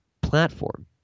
platform